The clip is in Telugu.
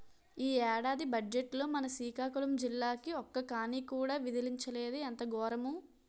ఈ ఏడాది బజ్జెట్లో మన సికాకులం జిల్లాకి ఒక్క కానీ కూడా విదిలించలేదు ఎంత గోరము